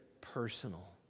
personal